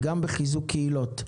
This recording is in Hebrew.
וגם בחיזוק קהילות.